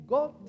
God